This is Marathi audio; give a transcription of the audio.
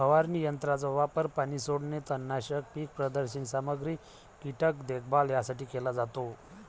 फवारणी यंत्राचा वापर पाणी सोडणे, तणनाशक, पीक प्रदर्शन सामग्री, कीटक देखभाल यासाठी केला जातो